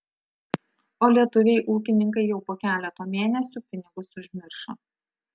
o lietuviai ūkininkai jau po keleto mėnesių pinigus užmiršo